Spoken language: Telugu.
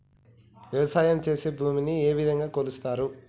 వ్యవసాయం చేసి భూమిని ఏ విధంగా కొలుస్తారు?